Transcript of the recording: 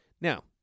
Now